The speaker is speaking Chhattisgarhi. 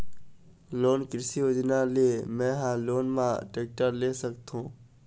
कोन कृषि योजना ले मैं हा लोन मा टेक्टर ले सकथों?